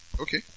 okay